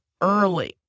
early